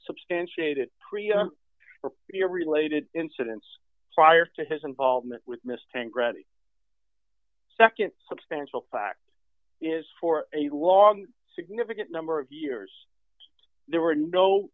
substantiated your related incidents prior to his involvement with miss ten greg the nd substantial fact is for a long significant number of years there were no